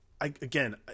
Again